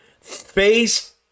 face